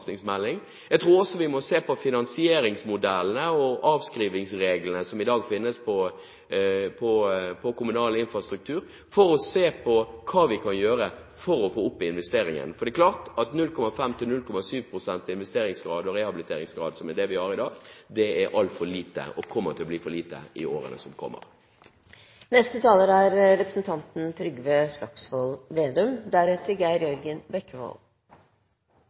Jeg tror også vi må se på finansieringsmodellene og avskrivningsreglene som i dag finnes for kommunal infrastruktur, for å se på hva vi kan gjøre for å få opp investeringen. For det er klart at 0,5–0,7 pst. i investeringsgrad og rehabiliteringsgrad, som er det vi har i dag, er altfor lite, og kommer til å bli for lite i årene som kommer.